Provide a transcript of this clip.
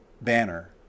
banner